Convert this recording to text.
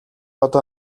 одоо